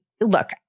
look